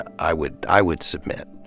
i would i would submit.